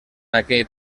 aquell